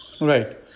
Right